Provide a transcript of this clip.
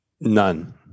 None